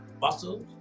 muscles